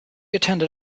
attended